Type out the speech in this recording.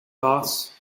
boss